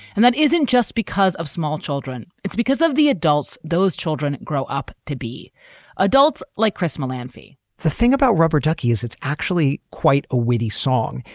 and that isn't just because of small children. it's because of the adults. those children grow up to be adults like chris melaniphy the thing about rubber ducky is it's actually quite a witty song.